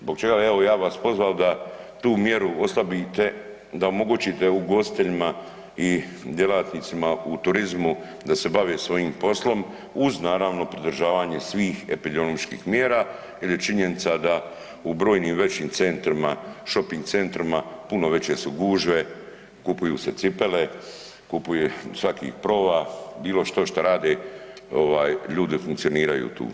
Zbog čega evo, ja bi vas pozvao da tu mjeru oslabite, da omogućite ugostiteljima i djelatnicima u turizmu da se bave svojim poslom uz, naravno pridržavanje svih epidemioloških mjera jer je činjenica da u brojim većim centrima, šoping centrima, puno veće su gužve, kupuju se cipele, kupuje, svaki ih prova, bilo što šta rade, ljudi funkcioniraju tu.